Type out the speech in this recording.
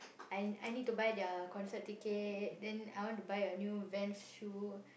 I I need to buy their concert ticket then I want to buy a new Vans shoe